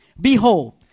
Behold